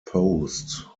post